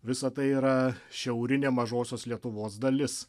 visa tai yra šiaurinė mažosios lietuvos dalis